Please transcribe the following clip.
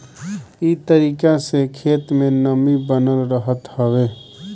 इ तरीका से खेत में नमी बनल रहत हवे